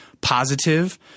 positive